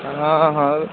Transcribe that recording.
ହଁ ହଁ